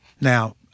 now